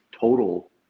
total